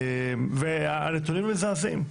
והנתונים הם מזעזעים,